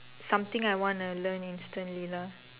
something I want to learn instantly lah